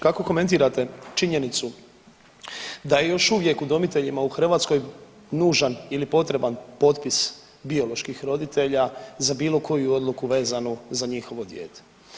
Kako komentirate činjenicu da je još uvijek udomiteljima u Hrvatskoj nužan ili potreban potpis bioloških roditelja za bilo koju odluku vezano za njihovo dijete?